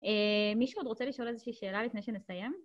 מישהו עוד רוצה לשאול איזושהי שאלה, לפני שנסיים?